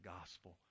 gospel